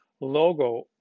logo